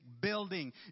building